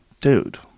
Dude